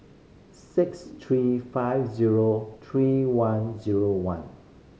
six three five zero three one zero one